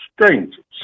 strangers